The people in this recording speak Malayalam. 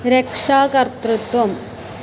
രക്ഷാകർതൃത്വം